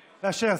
אשר.